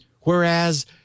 Whereas